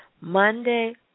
Monday